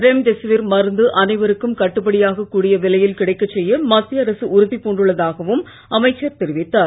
remdesivir மருந்து அனைவருக்கும் கட்டுபடியாகக் கூடிய விலையில் கிடைக்கச் செய்ய மத்திய அரசு உறுதி பூண்டுள்ளதாகவும் அமைச்சர் தெரிவித்தார்